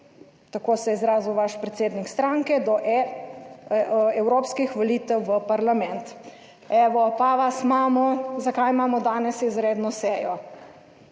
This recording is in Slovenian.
tako se je izrazil vaš predsednik stranke do evropskih volitev v parlament? Evo, pa vas imamo, zakaj imamo danes izredno sejo?